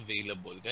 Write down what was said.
available